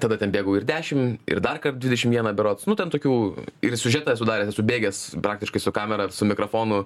tada ten bėgau ir dešim ir darkart dvidešimt vieną berods nu ten tokių ir siužetą esu daręs esu bėgęs praktiškai su kamera ir su mikrofonu